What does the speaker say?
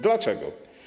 Dlaczego?